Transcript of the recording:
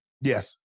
Yes